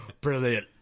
Brilliant